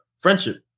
friendship